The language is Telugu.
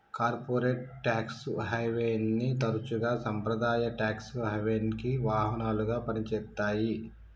కార్పొరేట్ ట్యేక్స్ హెవెన్ని తరచుగా సాంప్రదాయ ట్యేక్స్ హెవెన్కి వాహనాలుగా పనిచేత్తాయి